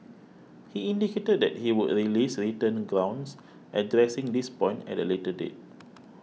he indicated that he would release written grounds addressing this point at a later date